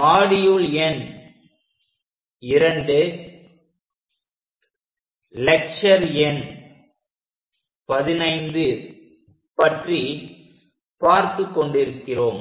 மாடியுள் எண் 02லெக்ச்சர் எண் 15 பற்றி பார்த்துக் கொண்டிருக்கிறோம்